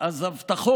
// אז הבטחות,